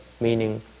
Meaning